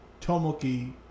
Tomoki